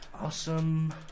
Awesome